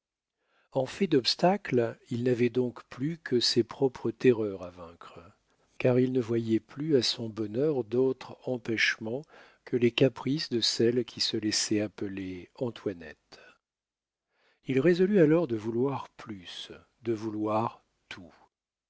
en fait d'obstacles il n'avait donc plus que ses propres terreurs à vaincre car il ne voyait plus à son bonheur d'autre empêchement que les caprices de celle qui se laissait appeler antoinette il résolut alors de vouloir plus de vouloir tout